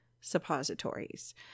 suppositories